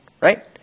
right